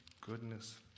goodness